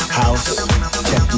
house